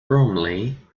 bromley